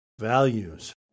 values